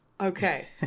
Okay